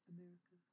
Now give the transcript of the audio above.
America